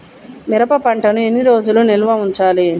మిరప పంటను ఎన్ని రోజులు నిల్వ ఉంచాలి?